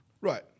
Right